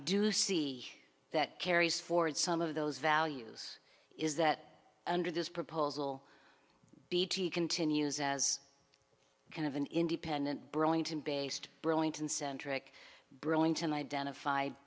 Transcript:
do see that carries forward some of those values is that under this proposal bt continues as kind of an independent burlington based burlington centric burlington identified